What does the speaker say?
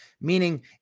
Meaning